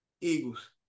Eagles